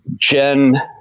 Jen